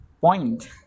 point